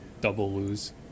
double-lose